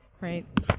Right